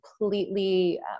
completely